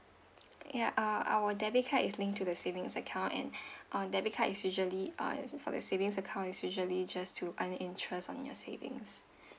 yeah uh our debit card is linked to the savings account and uh debit card is usually uh for the savings account is usually just to add interest on your savings